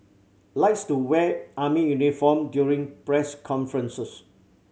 likes to wear army uniform during press conferences